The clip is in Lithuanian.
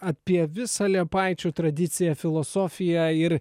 apie visą liepaičių tradiciją filosofiją ir